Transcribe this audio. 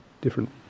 different